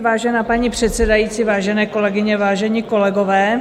Vážená paní předsedající, vážené kolegyně, vážení kolegové...